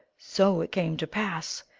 so it came to pass,